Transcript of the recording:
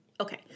Okay